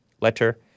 letter